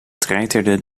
treiterden